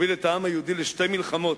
הוביל את העם היהודי לשתי מלחמות: